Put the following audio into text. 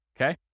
okay